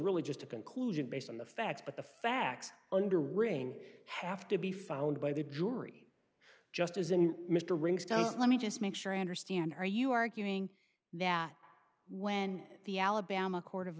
really just a conclusion based on the facts but the facts under ring have to be found by the jury just as in mr ring's does let me just make sure i understand are you arguing that when the alabama court of